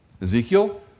Ezekiel